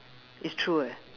it's true eh